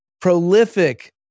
prolific